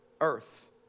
earth